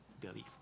belief